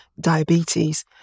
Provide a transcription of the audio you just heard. diabetes